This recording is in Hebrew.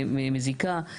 מזיקה.